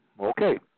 Okay